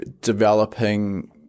developing